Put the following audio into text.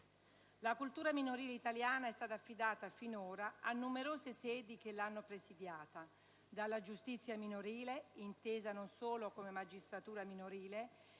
La cultura minorile italiana è stata affidata finora a numerose sedi che l'hanno presidiata, dalla giustizia minorile (intesa non solo come magistratura minorile